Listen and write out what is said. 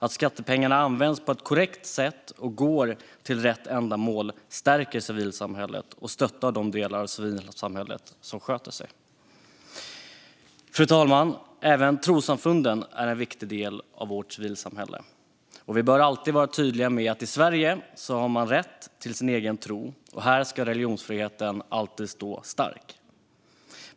Att skattepengarna används på ett korrekt sätt och går till rätt ändamål stärker civilsamhället och stöttar de delar av civilsamhället som sköter sig. Fru talman! Även trossamfunden är en viktig del av vårt civilsamhälle, och vi bör alltid vara tydliga med att i Sverige har man rätt till sin tro. Här ska religionsfriheten alltid stå stark.